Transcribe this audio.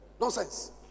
Nonsense